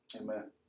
Amen